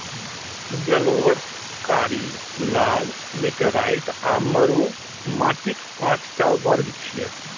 जलोढ़, कारी, लाल, लेटेराइट आ मरु माटिक पांच टा वर्ग छियै